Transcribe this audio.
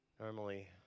Normally